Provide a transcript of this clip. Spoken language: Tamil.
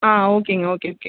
ஆ ஓகேங்க ஓகே ஓகே